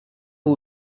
who